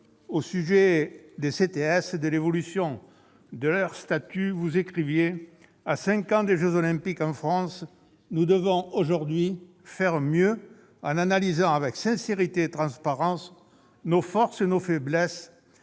au sujet des CTS et de l'évolution de leur statut, vous écriviez :« À cinq ans des jeux Olympiques en France, [...] nous devons aujourd'hui faire mieux en analysant, avec sincérité et transparence, nos forces et nos faiblesses,